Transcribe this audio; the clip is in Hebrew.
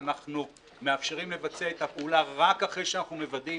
אנחנו מאפשרים לבצע את הפעולה רק אחרי שאנחנו מוודאים